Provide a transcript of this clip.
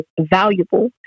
valuable